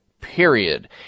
period